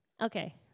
Okay